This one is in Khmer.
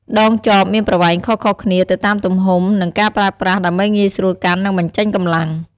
ដងចបមានប្រវែងខុសៗគ្នា ទៅតាមទំហំ និងការប្រើប្រាស់ ដើម្បីងាយស្រួលកាន់ និងបញ្ចេញកម្លាំង។